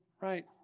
Right